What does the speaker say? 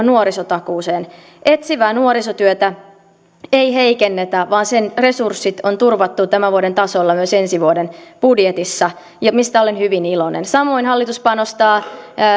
nuorisotakuuseen etsivää nuorisotyötä ei heikennetä vaan sen resurssit on turvattu tämän vuoden tasolla myös ensi vuoden budjetissa mistä olen hyvin iloinen samoin hallitus panostaa